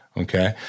Okay